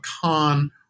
con